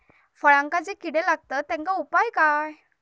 फळांका जो किडे लागतत तेनका उपाय काय?